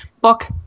book